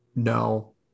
No